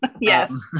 yes